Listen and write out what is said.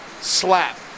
slap